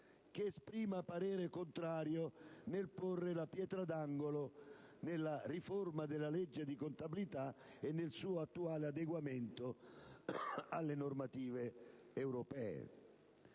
che esprima parere contrario nel porre la pietra d'angolo nella riforma della legge di contabilità e nel suo attuale adeguamento alle normative europee.